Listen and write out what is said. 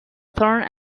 thorne